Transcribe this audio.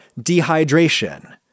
dehydration